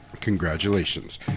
Congratulations